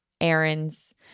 errands